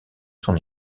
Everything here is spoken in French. son